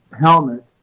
helmet